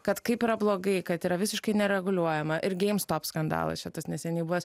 kad kaip yra blogai kad yra visiškai nereguliuojama ir geims stop skandalas čia tas neseniai buvęs